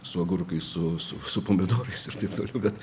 su agurkais su su pomidorais ir taip toliau bet